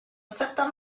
certain